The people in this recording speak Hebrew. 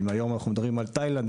אם אנחנו מדברים על תאילנד,